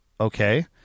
Okay